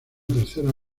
tercera